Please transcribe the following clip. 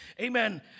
Amen